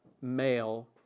male